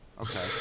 Okay